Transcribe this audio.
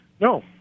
No